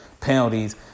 penalties